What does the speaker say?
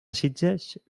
sitges